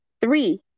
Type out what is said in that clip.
Three